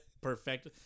perfect